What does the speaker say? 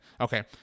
Okay